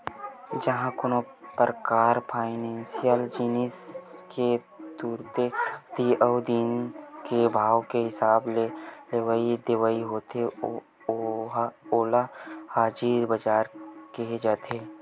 जिहाँ कोनो परकार फाइनेसियल जिनिस के तुरते नगदी उही दिन के भाव के हिसाब ले लेवई देवई होथे ओला हाजिर बजार केहे जाथे